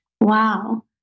wow